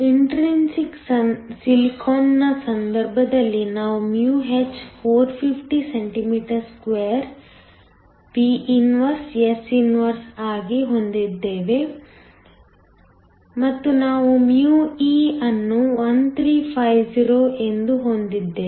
intrinsic ಸಿಲಿಕಾನ್ನ ಸಂದರ್ಭದಲ್ಲಿ ನಾವು μh 450 cm2 V 1 s 1 ಆಗಿ ಹೊಂದಿದ್ದೇವ ಮತ್ತು ನಾವು μe ಅನ್ನು 1350 ಎಂದು ಹೊಂದಿದ್ದೇವೆ